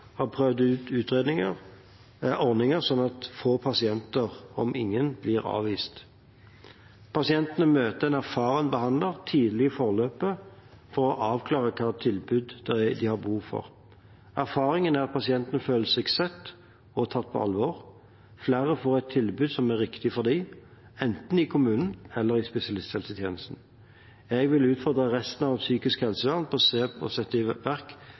har prøvd ut ordninger, slik at få pasienter – eller ingen – blir avvist. Pasientene møter en erfaren behandler tidlig i forløpet for å avklare hva slags tilbud de har behov for. Erfaringen er at pasientene føler seg sett og tatt på alvor, og flere får et tilbud som er riktig for dem – enten i kommunen eller i spesialisthelsetjenesten. Jeg vil utfordre resten av psykisk helsevern til å sette i verk